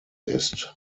ist